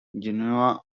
york